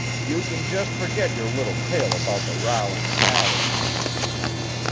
you can just forget your little tale about the row in the alley, he continued.